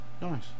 Nice